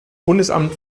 bundesamt